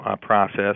process